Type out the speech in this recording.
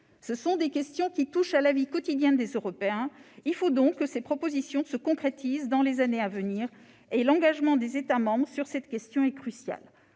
Ces questions touchant à la vie quotidienne des Européens, il faut que ces propositions se concrétisent dans les années à venir. L'engagement des États membres sur cette question est crucial.